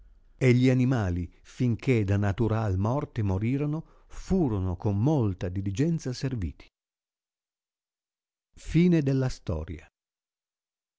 e gli animali finché da naturai morte morirono furono con molta diligenza serviti